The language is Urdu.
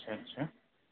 اچھا اچھا